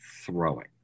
throwing